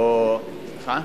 רפואה.